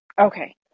Okay